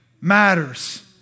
matters